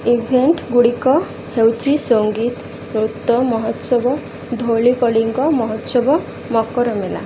ଇଭେଣ୍ଟଗୁଡ଼ିକ ହେଉଛିି ସଙ୍ଗୀତ ନୃତ ମହୋତ୍ସବ ଧୂଳି କଳିଙ୍ଗ ମହୋତ୍ସବ ମକର ମେଳା